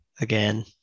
again